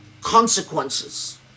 consequences